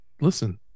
listen